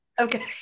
okay